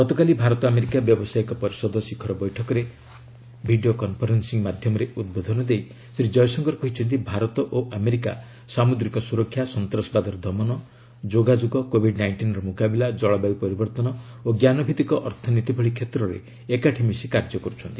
ଗତକାଲି ଭାରତ ଆମେରିକା ବ୍ୟବସାୟିକ ପରିଷଦ ଶିଖର ବୈଠକରେ ଭିଡ଼ିଓ କନ୍ଫରେନ୍ ି ମାଧ୍ୟମରେ ଉଦ୍ବୋଧନ ଦେଇ ଶ୍ରୀ ଜୟଶଙ୍କର କହିଛନ୍ତି ଭାରତ ଓ ଆମେରିକା ସାମୁଦ୍ରିକ ସ୍ୱରକ୍ଷା ସନ୍ତାସବାଦର ଦମନ ଯୋଗାଯୋଗ କୋଭିଡ୍ ନାଇଣ୍ଟିନ୍ର ମୁକାବିଲା ଜଳବାୟୁ ପରିବର୍ତ୍ତନ ଓ ଞ୍ଜାନଭିତ୍ତିକ ଅର୍ଥନୀତି ଭଳି କ୍ଷେତ୍ରରେ ଏକାଠି ମିଶି କାର୍ଯ୍ୟ କରୁଛନ୍ତି